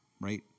right